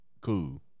cool